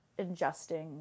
ingesting